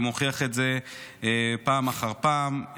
ומוכיח את זה פעם אחר פעם,